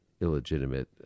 illegitimate